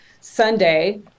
Sunday